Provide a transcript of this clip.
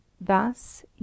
Thus